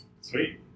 Sweet